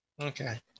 Okay